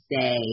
say